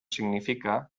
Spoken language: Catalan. significa